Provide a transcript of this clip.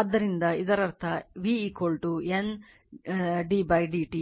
ಆದ್ದರಿಂದ ಇದರರ್ಥ v N d d t